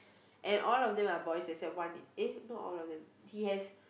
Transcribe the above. and all of them are boys except one eh not all of them he has